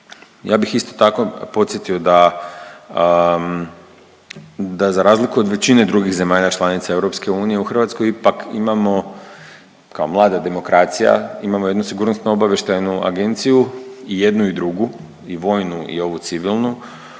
ja bih isto tako podsjetio da za razliku od većine drugih zemalja članica EU u Hrvatskoj ipak imamo kao mlada demokracija imamo jednu Sigurnosno-obavještajnu agenciju i jednu i drugu i vojnu i ovu civilnu